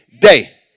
day